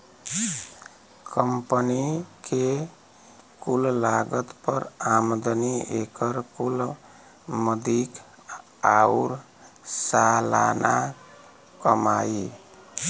company के कुल लागत पर आमदनी, एकर कुल मदिक आउर सालाना कमाई